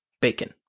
bacon